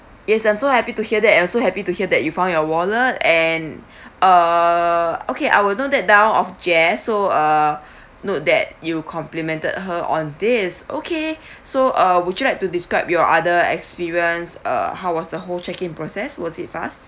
yes I'm so happy to hear that and also happy to hear that you found your wallet and err okay I will note that down of jess so uh note that you complimented her on this okay so uh would you like to describe your other experience uh how was the whole check in process was it fast